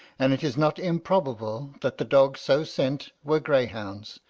and it is not improbable that the dogs so sent were greyhounds,